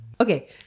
Okay